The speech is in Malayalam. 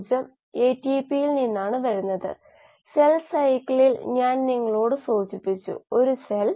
അതുപോലെ dയെ സംബന്ധിച്ചിടത്തോളം ഇത് ഇവിടെ ഉത്പാദിപ്പിക്കപ്പെടുന്നു നിങ്ങൾക്കറിയാമോ ഉൽപാദിപ്പിക്കുന്ന പദം മാത്രം നിലവിലുണ്ട്